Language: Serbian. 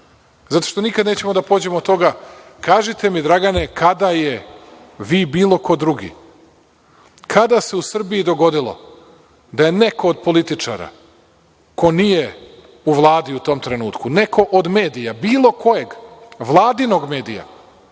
Zato što nikada nećemo da pođemo od toga. Kažite mi Dragane, kada je, vi i bilo ko drugi, kada se u Srbiji dogodilo da je neko od političara ko nije u Vladi u tom trenutku, neko od medija, bilo kojeg, Vladinog medija,